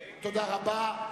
סעיף 05,